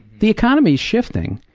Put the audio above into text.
the economy is shifting,